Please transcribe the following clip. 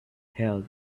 hell